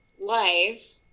life